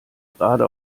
gerade